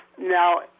Now